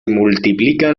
multiplican